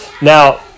Now